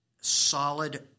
solid